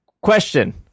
Question